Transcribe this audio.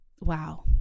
Wow